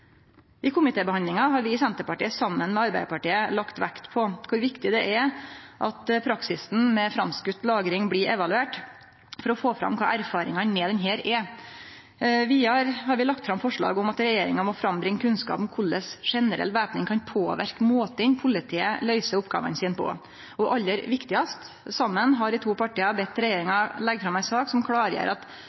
I komitébehandlinga har vi i Senterpartiet saman med Arbeiderpartiet lagt vekt på kor viktig det er at praksisen med framskoten lagring blir evaluert, for å få fram kva erfaringane med han er. Vidare har vi lagt fram forslag om at regjeringa må bringe fram kunnskap om korleis generell væpning kan påverke måten politiet løyser oppgåvene sine på. Og aller viktigast: Saman har dei to partia bedt regjeringa leggje fram ei sak som klårgjer at